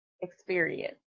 experience